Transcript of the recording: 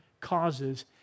causes